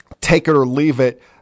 take-it-or-leave-it